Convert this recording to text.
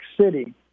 City